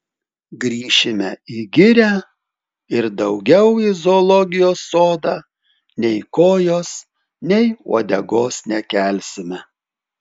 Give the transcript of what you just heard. grįšime į girią ir daugiau į zoologijos sodą nei kojos nei uodegos nekelsime